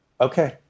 okay